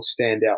standout